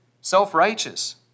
self-righteous